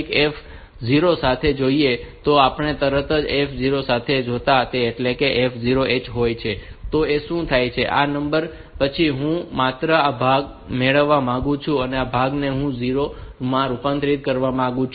તેથી જો આપણે તરત જ F 0 સાથે જઈએ તો એટલે કે આ F 0 H હોય તો તો તે શું થાય છે કે આ નંબર પરથી હું માત્ર આ ભાગ મેળવવા માંગુ છું અને આ ભાગ ને હું 0 માં રૂપાંતરિત કરવા માંગુ છું